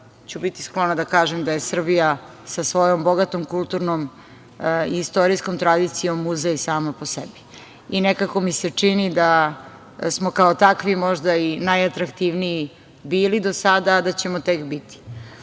ću biti sklona da kažem da je Srbija sa svojom bogatom kulturnom i istorijskom tradicijom muzej sama po sebi. Nekako mi se čini da smo kao takvi možda i najatraktivniji bili do sada, a da ćemo tek biti. Cilj